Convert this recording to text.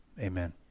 amen